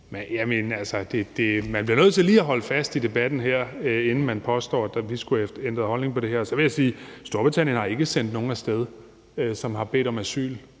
Man bliver nødt til lige at holde fast i debatten her, inden man påstår, at vi skulle have ændret holdning om det her. Så vil jeg sige, at Storbritannien ikke har sendt nogen af sted, som har bedt om asyl